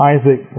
Isaac